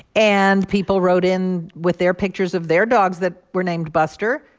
and people wrote in with their pictures of their dogs that were named buster.